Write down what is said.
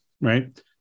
right